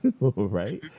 right